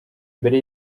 mbere